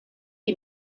you